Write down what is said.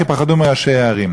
כי פחדו מראשי הערים.